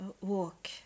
walk